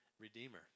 Redeemer